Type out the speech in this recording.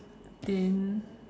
then